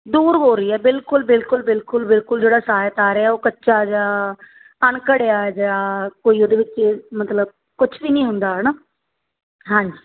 ਦੂਰ ਹੋ ਰਹੀ ਹੈ ਬਿਲਕੁਲ ਬਿਲਕੁਲ ਬਿਲਕੁਲ ਬਿਲਕੁਲ ਜਿਹੜਾ ਸਾਹਿਤ ਆ ਰਿਹਾ ਉਹ ਕੱਚਾ ਜਿਹਾ ਅਣਘੜਿਆ ਜਿਹਾ ਕੋਈ ਉਹਦੇ ਵਿੱਚ ਮਤਲਬ ਕੁਛ ਵੀ ਨਹੀਂ ਹੁੰਦਾ ਹੈ ਨਾ ਹਾਂਜੀ